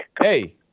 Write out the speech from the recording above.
hey